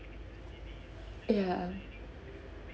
ya